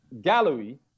gallery